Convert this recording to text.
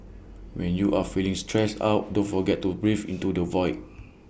when you are feeling stressed out don't forget to breathe into the void